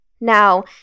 Now